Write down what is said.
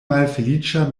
malfeliĉa